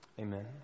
Amen